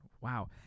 Wow